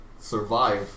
survive